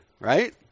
right